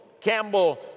Campbell